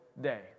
day